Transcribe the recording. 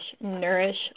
nourish